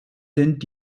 sind